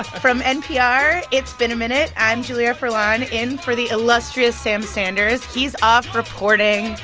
from npr, it's been a minute. i'm julia furlan, in for the illustrious sam sanders. he's off reporting,